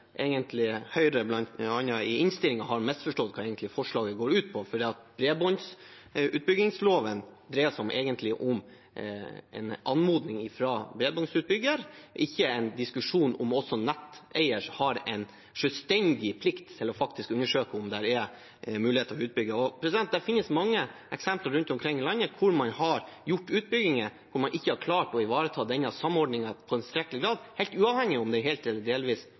Høyre i innstillingen har misforstått hva forslaget egentlig går ut på. Bredbåndsutbyggingsloven dreier seg om en anmodning fra bredbåndsutbyggeren, ikke en diskusjon om også netteieren har en selvstendig plikt til faktisk å undersøke om det er muligheter for å utbygge. Det finnes mange eksempler rundt omkring i landet der man har gjort utbygginger og ikke klart å ivareta denne samordningen i tilstrekkelig grad, helt uavhengig av om det er helt eller delvis